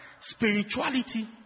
spirituality